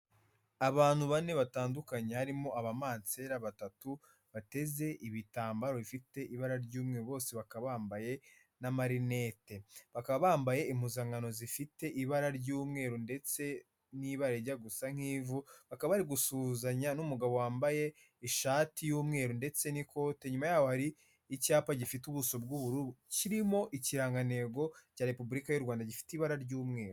Abantu bane batandukanye harimo abamansera batatu bateze ibitambaro bifite ibara ry'umwe bose bakaba bambaye n'amarinete, bakaba bambaye impuzankano zifite ibara ry'umweru ndetse n'ibara rijya gusa nk'ivu, bakaba bari gusuhuzanya n'umugabo wambaye ishati y'umweru ndetse n'ikote, nyuma yaho ari icyapa gifite ubuso bw'ubururu kirimo ikirangantego cya Repubulika y'u Rwanda gifite ibara ry'umweru.